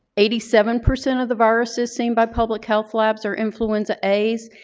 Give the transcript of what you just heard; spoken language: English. eighty seven percent of the viruses seen by public health labs are influenza a's.